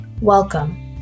welcome